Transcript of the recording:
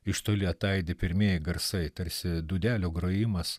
iš toli ataidi pirmieji garsai tarsi dūdelių grojimas